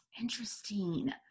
Interesting